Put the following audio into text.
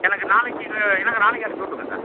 எனக்கு நாளைக்கு சா எனக்கு நாளைக்கே அனுப்பி விட்ருங்க சார்